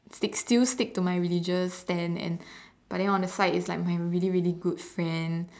it still sticks to my religious end and but then on the side is like my really really good friend